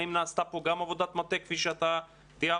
האם נעשתה פה גם עבודת מטה כפי שאתה תיארת?